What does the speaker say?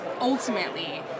ultimately